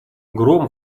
гром